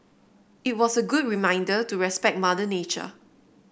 it was a good reminder to respect Mother Nature